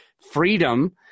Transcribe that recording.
freedom